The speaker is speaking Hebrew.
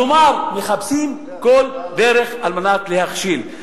כלומר, מחפשים כל דרך על מנת להכשיל את הנרשם.